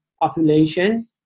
population